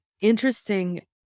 interesting